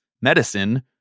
medicine